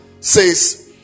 says